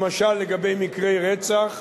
למשל לגבי מקרי רצח,